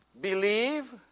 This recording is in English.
believe